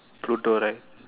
pluto right